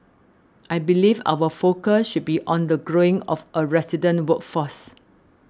I believe our focus should be on the growing of a resident workforce